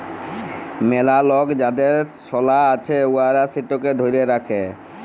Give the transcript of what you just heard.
ম্যালা লক যাদের সলা আছে উয়ারা সেটকে ধ্যইরে রাখে